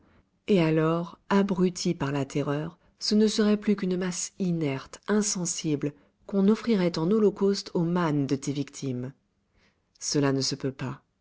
et alors abruti par la terreur ce ne serait plus qu'une masse inerte insensible qu'on offrirait en holocauste aux mânes de tes victimes cela ne se peut pas